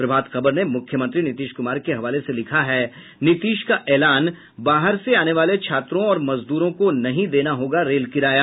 प्रभात खबर ने मुख्यमंत्री नीतीश कुमार के हवाले से लिखा है नीतीश का एलान बाहर से आने वाले छात्रों और मजदूरों को नहीं देना होगा रेल किराया